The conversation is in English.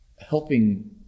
helping